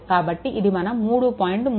కాబట్టి ఇది మన 3